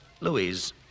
Louise